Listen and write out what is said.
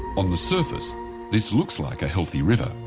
on the surface this looks like a healthy river.